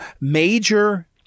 major